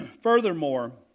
Furthermore